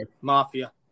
Mafia